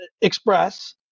express